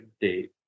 date